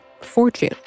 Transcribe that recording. fortune